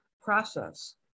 process